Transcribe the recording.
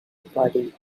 party